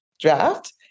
draft